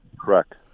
Correct